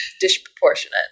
disproportionate